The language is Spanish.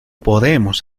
podemos